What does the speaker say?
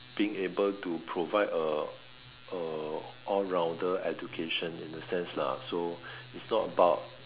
being able to provide a a all rounder education in a sense lah so is not about